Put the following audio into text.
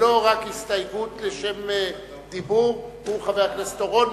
ולא רק הסתייגות לשם דיבור הוא חבר הכנסת בר-און,